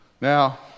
Now